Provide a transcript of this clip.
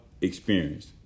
experience